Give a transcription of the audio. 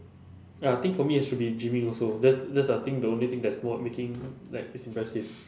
ya I think for me it should be gymming also that's that's I think the only thing that is more making like it's impressive